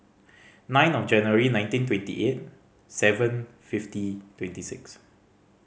nine of January nineteen twenty eight seven fifty twenty six